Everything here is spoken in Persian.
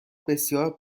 بسیار